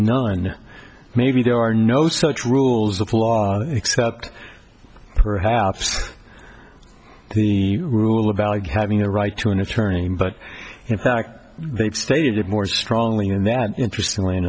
none maybe there are no such rules of law except perhaps the rule about having a right to an attorney but in fact they've stated more strongly in their interest when